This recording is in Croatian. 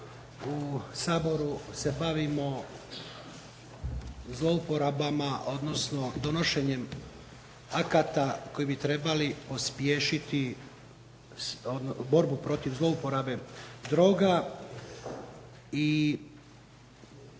u Saboru se bavimo zlouporabama, odnosno donošenjem akata koji bi trebali pospješiti borbu protiv zlouporabe droga